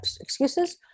excuses